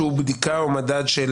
בדיקה או מדד של